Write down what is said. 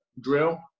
drill